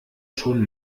schon